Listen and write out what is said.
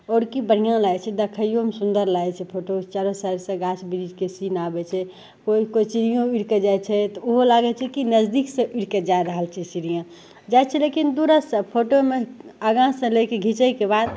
आओर कि बढ़िआँ लागै छै देखैओमे सुन्दर लागै छै फोटो चारो साइडसे गाछ बिरिछके सीन आबै छै कोइ कोइ चिड़िओँ उड़िके जाइ छै तऽ ओहो लागै छै कि नजदीकसे उड़िके जा रहल छै चिड़िआँ जाइ छै लेकिन दुरस से फोटोमे आगाँसे लै कि घिचैके बाद